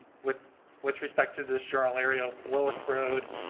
with with respect to this general area. well, so road.